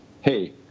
hey